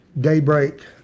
Daybreak